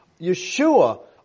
Yeshua